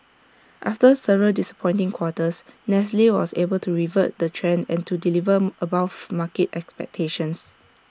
after several disappointing quarters nestle was able to revert the trend and to deliver above market expectations